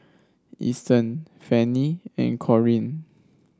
Ethen Fannie and Corean